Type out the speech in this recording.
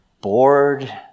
bored